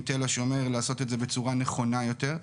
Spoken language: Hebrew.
תל השומר לעשות את זה בצורה נכונה יותר.